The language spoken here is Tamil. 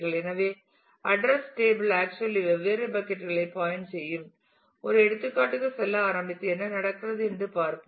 எனவே அட்ரஸ் டேபிள் ஆக்சுவலி வெவ்வேறு பக்கட் களை பாயின்ட் செய்யும் ஒரு எடுத்துக்காட்டுக்கு செல்ல ஆரம்பித்து என்ன நடக்கிறது என்று பார்ப்போம்